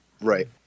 Right